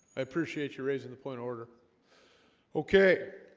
i appreciate you raising the point order okay?